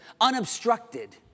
unobstructed